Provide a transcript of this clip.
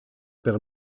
per